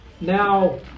now